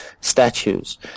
statues